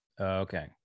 Okay